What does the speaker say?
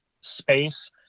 space